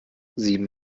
sieben